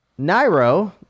Nairo